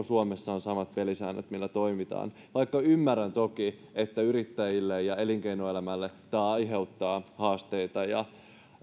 suomessa on samat pelisäännöt millä toimitaan vaikka ymmärrän toki että yrittäjille ja elinkeinoelämälle tämä aiheuttaa haasteita ja